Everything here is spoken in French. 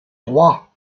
trois